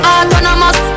Autonomous